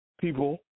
people